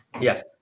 Yes